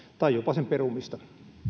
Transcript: tai jopa sen perumista